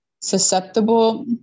susceptible